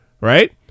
right